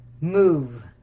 MOVE